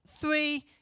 three